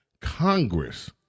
Congress